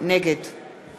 נגד